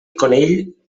conill